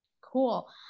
Cool